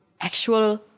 actual